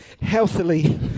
healthily